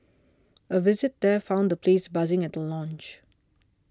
a visit there found the place buzzing at the launch